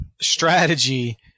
strategy